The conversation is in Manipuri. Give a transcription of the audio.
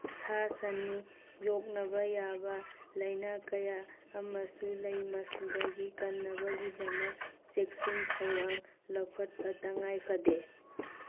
ꯁꯥ ꯁꯟꯅꯤ ꯌꯣꯛꯅꯕ ꯌꯥꯕ ꯂꯥꯏꯅꯥ ꯀꯌꯥ ꯑꯃꯁꯨ ꯂꯩ ꯃꯁꯤꯗꯒꯤ ꯀꯟꯅꯕꯒꯤꯗꯃꯛ ꯆꯦꯛꯁꯤꯟ ꯊꯧꯔꯥꯡ ꯂꯧꯈꯠꯄ ꯇꯉꯥꯏ ꯐꯗꯦ